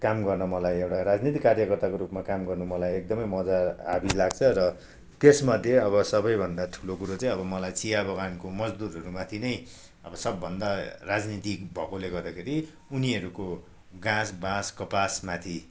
काम गर्न मलाई एउटा राजनीतिक कार्यकर्ताको रूपमा काम गर्नु मलाई एकदमै मजा आदि लाग्छ र त्यसमध्ये अब सबैभन्दा ठुलो कुरो चाहिँ अब मलाई चिया बगानको मजदुरहरू माथि नै अब सबभन्दा राजनीतिक भएकोले गर्दाखेरि उनीहरूको गाँस बास कपासमाथि